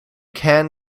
can